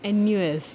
N_U_S